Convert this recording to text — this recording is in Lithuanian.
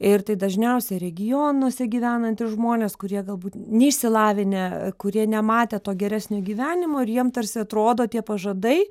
ir tai dažniausiai regionuose gyvenantys žmonės kurie galbūt neišsilavinę kurie nematę to geresnio gyvenimo ir jiem tarsi atrodo tie pažadai